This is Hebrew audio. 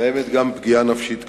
קיימת גם פגיעה נפשית קשה.